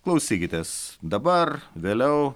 klausykitės dabar vėliau